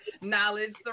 knowledge